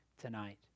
tonight